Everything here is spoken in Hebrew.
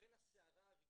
לכן הסערה הרגשית,